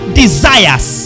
desires